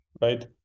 right